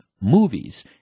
movies